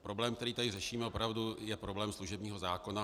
Problém, který tady řešíme, je opravdu problém služebního zákona.